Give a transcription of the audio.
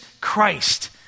Christ